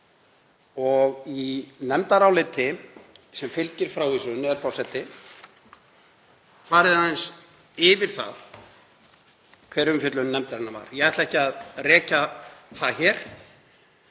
Í nefndaráliti sem fylgir frávísun er farið aðeins yfir það hver umfjöllun nefndarinnar var. Ég ætla ekki að rekja það hér,